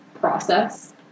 process